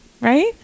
Right